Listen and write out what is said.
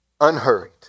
unhurried